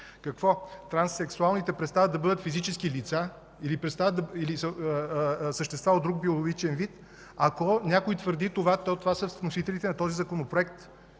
Какво – транссексуалните престават да бъдат физически лица или са същества от друг биологичен вид? Ако някой го твърди, то това са вносителите на този законопроект.